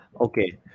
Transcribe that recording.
okay